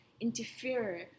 interfere